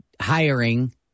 hiring